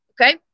okay